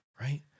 Right